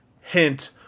hint